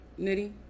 Nitty